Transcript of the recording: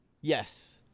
Yes